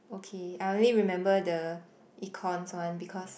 okay I only remember the Econs one because